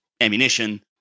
ammunition